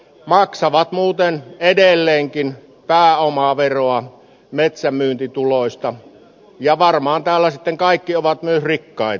maksavat muuten edelleenkin pääomaveroa metsänmyyntituloista ja varmaan täällä sitten kaikki ovat myös rikkaita